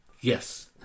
Yes